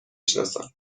شناسم